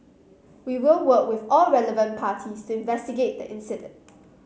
we will work with all relevant parties to investigate the incident